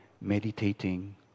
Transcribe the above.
meditating